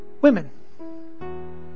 women